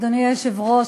אדוני היושב-ראש,